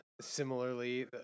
similarly